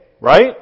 Right